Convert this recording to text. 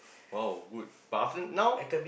!wow! good but after now